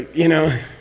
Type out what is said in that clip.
you know?